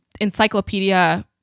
encyclopedia